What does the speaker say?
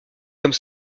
comme